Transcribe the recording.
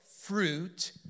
fruit